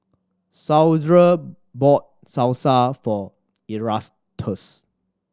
Saundra bought Salsa for Erastus